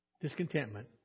discontentment